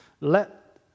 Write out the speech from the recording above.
let